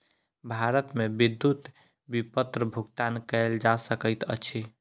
भारत मे विद्युत विपत्र भुगतान कयल जा सकैत अछि